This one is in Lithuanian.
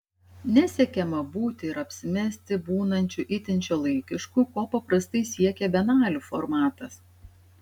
nesiekiama būti ar apsimesti būnančiu itin šiuolaikišku ko paprastai siekia bienalių formatas